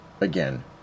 again